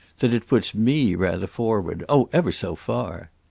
that it puts me rather forward oh ever so far!